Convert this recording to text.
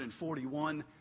141